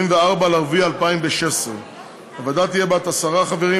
24 באפריל 2016. הוועדה תהיה בת עשרה חברים,